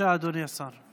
אדוני השר.